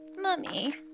Mummy